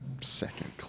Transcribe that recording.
second